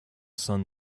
sun